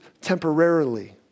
temporarily